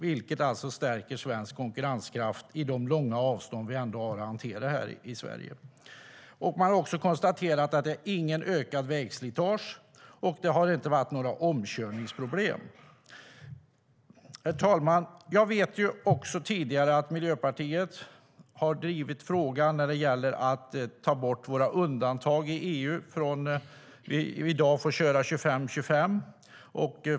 Med de långa avstånd vi har att hantera här i Sverige stärker detta svensk konkurrenskraft. Man har också konstaterat att det inte blir något ökat vägslitage eller några omkörningsproblem. Herr talman! Jag vet sedan tidigare att Miljöpartiet har drivit frågan om att ta bort våra undantag i EU. I dag får vi köra 25-25.